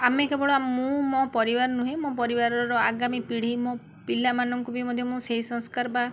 ଆମେ କେବଳ ମୁଁ ମୋ ପରିବାର ନୁହେଁ ମୋ ପରିବାରର ଆଗାମୀ ପିଢ଼ି ମୋ ପିଲାମାନଙ୍କୁ ବି ମଧ୍ୟ ମୁଁ ସେଇ ସଂସ୍କାର ବା